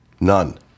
none